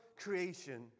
creation